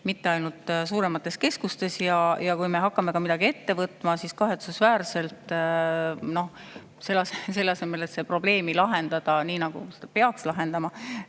mitte ainult suuremates keskustes? Kui me hakkamegi midagi ette võtma, siis kahetsusväärselt selle asemel, et probleemi lahendada nii, nagu seda peaks lahendama,